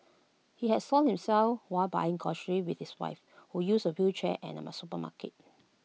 he had soiled himself while buying groceries with his wife who uses A wheelchair and ma supermarket